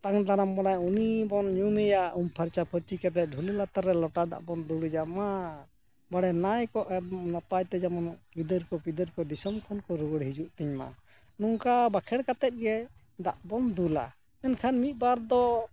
ᱟᱛᱟᱝᱫᱟᱨᱟᱢ ᱵᱚᱱᱟᱭ ᱩᱱᱤᱵᱚᱱ ᱧᱩᱢᱮᱭᱟ ᱩᱢ ᱯᱷᱟᱨᱪᱟᱼᱯᱷᱟᱹᱨᱪᱤ ᱠᱟᱛᱮᱜ ᱰᱷᱩᱞᱟᱹ ᱞᱟᱛᱟᱨ ᱨᱮ ᱞᱚᱴᱟ ᱫᱟᱜ ᱵᱚᱱ ᱫᱩᱲᱩᱡᱟ ᱢᱟ ᱵᱟᱲᱮ ᱱᱟᱭᱠᱚᱜ ᱠᱚ ᱮ ᱱᱟᱯᱟᱭᱛᱮ ᱡᱮᱢᱚᱱ ᱜᱤᱫᱟᱹᱨ ᱠᱚ ᱯᱚᱤᱫᱟᱹᱨ ᱠᱚ ᱫᱤᱥᱚᱢ ᱠᱷᱚᱱ ᱠᱚ ᱨᱩᱣᱟᱹᱲ ᱦᱤᱡᱩᱜ ᱛᱤᱧᱢᱟ ᱱᱚᱝᱠᱟ ᱵᱟᱸᱠᱷᱮᱬ ᱠᱟᱛᱮᱫ ᱜᱮ ᱫᱟᱜ ᱵᱚᱱ ᱫᱩᱞᱟ ᱢᱮᱱᱠᱷᱟᱱ ᱢᱤᱫᱵᱟᱨ ᱫᱚ